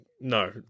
No